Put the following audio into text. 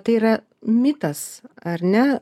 tai yra mitas ar ne